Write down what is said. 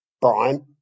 Brian